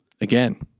again